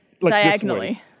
diagonally